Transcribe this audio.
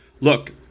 Look